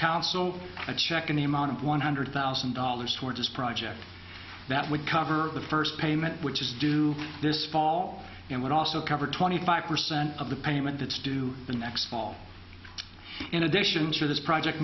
council and check in the amount of one hundred thousand dollars toward this project that would cover the first payment which is due this fall and would also cover twenty five percent of the payment it's due next mall in addition to this project